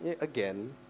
again